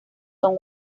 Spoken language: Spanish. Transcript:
son